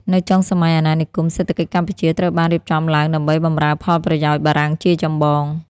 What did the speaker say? នៅចុងសម័យអាណានិគម សេដ្ឋកិច្ចកម្ពុជាត្រូវបានរៀបចំឡើងដើម្បីបម្រើផលប្រយោជន៍បារាំងជាចម្បង។